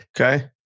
Okay